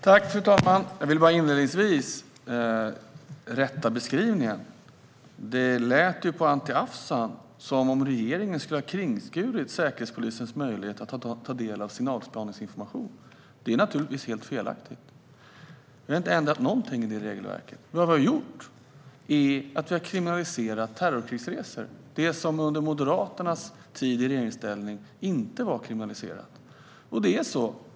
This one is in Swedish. Fru talman! Jag vill bara inledningsvis rätta beskrivningen. Det lät på Anti Avsan som att regeringen skulle ha kringskurit Säkerhetspolisens möjligheter att ta del av signalspaningsinformation. Det är naturligtvis helt felaktigt. Vi har inte ändrat någonting i det regelverket. Vad vi har gjort är att vi har kriminaliserat terrorkrigsresor, det som under Moderaternas tid i regeringsställning inte var kriminaliserat.